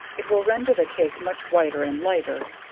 it will render the cake much whiter and lighter,